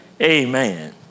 Amen